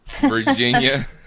Virginia